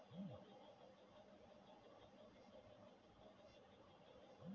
మార్కెట్లు సమర్థ ఫలితాలను అందించడంలో ఎందుకు విఫలమవుతాయో మైక్రోఎకనామిక్స్ విశ్లేషిస్తుంది